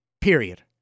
Period